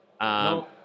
No